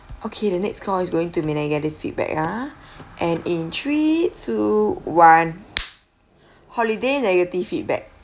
okay the next call is going to be negative feedback ah and in three two one holiday negative feedback